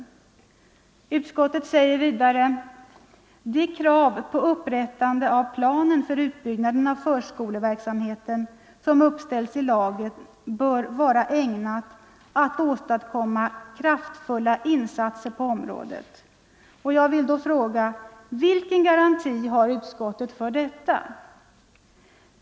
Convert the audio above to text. Enligt vad utskottet vidare anför ”bör det krav på upprättande av planer för utbyggnaden av förskoleverksamheten som uppställs i lagen vara ägnat att åstadkomma kraftfulla insatser på området”. Jag vill fråga: Vilken garanti har utskottet för detta?